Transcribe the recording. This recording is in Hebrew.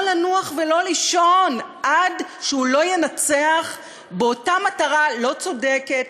ולא לנוח ולא לישון עד שהוא לא ינצח באותה מטרה לא צודקת,